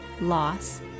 loss